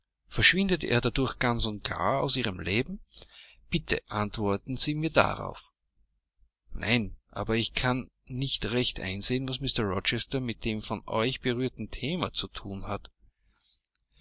er dadurch ganz und gar aus ihrem leben bitte antworten sie mir darauf nein aber ich kann nicht recht einsehen was mr rochester mit dem von euch berührten thema zu thun hat